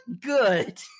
good